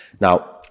Now